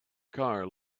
car